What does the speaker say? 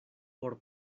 por